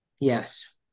Yes